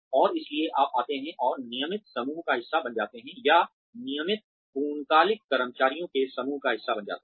और इसलिए आप आते हैं और नियमित समूह का हिस्सा बन जाते हैं या नियमित पूर्णकालिक कर्मचारियों के समूह का हिस्सा बन जाते हैं